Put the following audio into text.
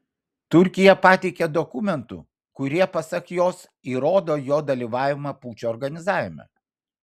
turkija pateikė dokumentų kurie pasak jos įrodo jo dalyvavimą pučo organizavime